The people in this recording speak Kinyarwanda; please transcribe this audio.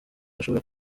ashobora